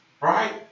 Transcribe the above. Right